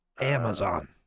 Amazon